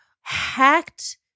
hacked